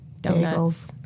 Donuts